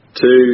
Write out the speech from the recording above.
Two